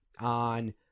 on